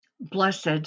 Blessed